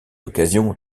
occasion